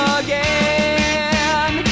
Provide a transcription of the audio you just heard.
again